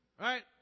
right